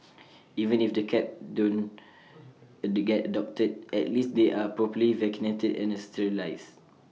even if the cats don't get adopted at least they are properly vaccinated and sterilised